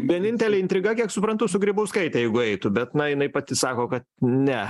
vienintelė intriga kiek suprantu su grybauskaite jeigu eitų bet na jinai pati sako kad ne